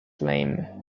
lame